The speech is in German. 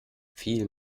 viel